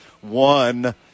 one